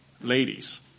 ladies